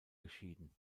geschieden